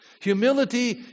Humility